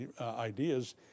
ideas